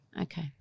Okay